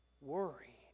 worry